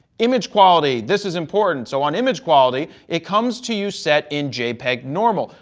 image quality, this is important. so, on image quality it comes to you set in jpeg normal.